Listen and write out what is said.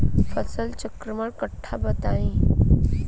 फसल चक्रण कट्ठा बा बताई?